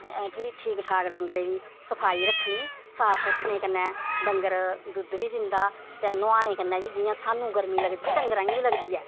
ठीक ठाक डंगरें दी सफाई रक्खनी साफ रक्खने कन्नै डंगर दुद्ध बी दिंदा ते नुहालने कन्नै बी जियां सानूं गर्मी लगदी ऐ इ'यां डंगरां गी बी लगदी ऐ